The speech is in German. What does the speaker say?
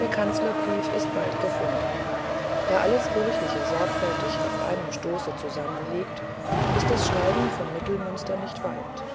der kanzlerbrief ist bald gefunden da alles kirchliche sorgfältig in einem stoße zusammenliegt ist das schreiben vom mittelmünster nicht weit